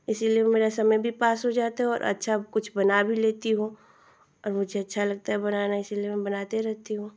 इसलिए मेरा समय भी पास हो जाता है और अच्छा कुछ बना भी लेती हुँ और मुझे अच्छा लगता है बनाना इसलिए मैं बनाते रहती हूँ